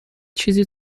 چیزی